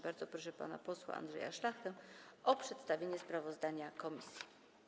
Bardzo proszę pana posła Andrzeja Szlachtę o przedstawienie sprawozdania komisji.